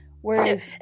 whereas